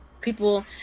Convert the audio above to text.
people